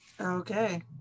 Okay